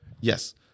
Yes